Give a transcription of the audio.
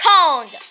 Cold